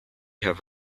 have